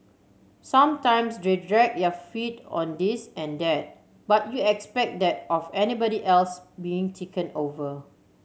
sometimes they dragged their feet on this and that but you expect that of anybody else being taken over